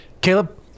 Caleb